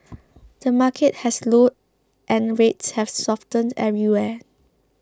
the market has slowed and rates have softened everywhere